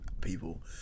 people